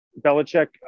Belichick